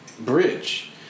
bridge